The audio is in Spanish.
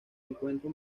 encuentra